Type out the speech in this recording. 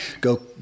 Go